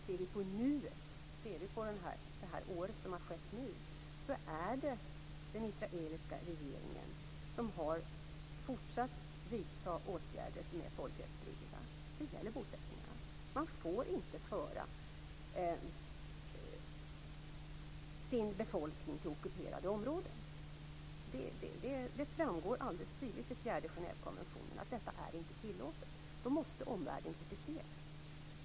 Men om vi ser på nuet och det år som har gått är det den israeliska regeringen som har fortsatt att vidta åtgärder som är folkrättsstridiga - det gäller bosättningarna. Man får inte föra sin befolkning till ockuperade områden. Det framgår mycket tydligt i fjärde Genèvekonventionen att detta inte är tillåtet. Då måste omvärlden kritisera.